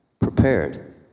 prepared